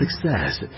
success